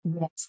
Yes